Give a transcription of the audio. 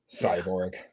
Cyborg